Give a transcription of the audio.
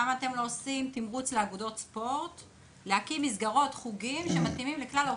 למה אתם לא עושים תמריץ לאגודות הספורט על הקמת מסגרות לכלל האוכלוסייה?